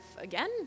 again